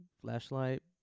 flashlight